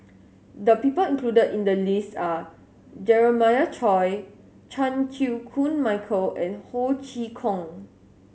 the people included in the list are Jeremiah Choy Chan Chew Koon Michael and Ho Chee Kong